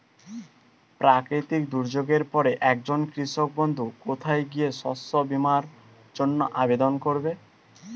প্রাকৃতিক দুর্যোগের পরে একজন কৃষক বন্ধু কোথায় গিয়ে শস্য বীমার জন্য আবেদন করবে?